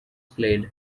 played